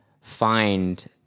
find